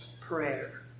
prayer